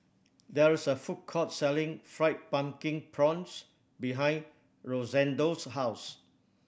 there is a food court selling Fried Pumpkin Prawns behind Rosendo's house